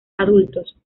adultos